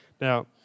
Now